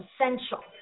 essential